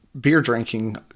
beer-drinking